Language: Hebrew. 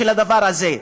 של הדבר הזה.